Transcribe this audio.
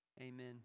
Amen